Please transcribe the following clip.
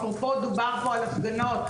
אפרופו, דובר פה על הפגנות.